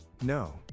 No